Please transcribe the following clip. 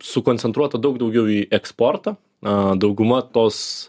sukoncentruota daug daugiau į eksportą a dauguma tos